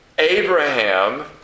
Abraham